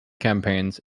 campaigns